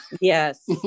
yes